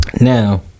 now